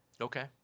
Okay